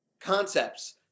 concepts